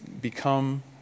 become